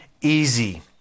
easy